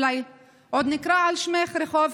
אולי עוד נקרא על שמך רחוב,